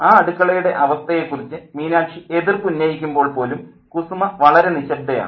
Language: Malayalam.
ആ അടുക്കളയുടെ അവസ്ഥയെക്കുറിച്ച് മീനാക്ഷി എതിർപ്പ് ഉന്നയിക്കുമ്പോൾ പോലും കുസുമ വളരെ നിശബ്ദയാണ്